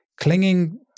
Clinging